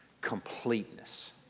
completeness